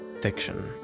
fiction